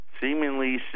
Seemingly